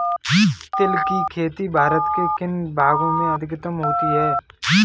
तिल की खेती भारत के किन भागों में अधिकतम होती है?